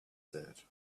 said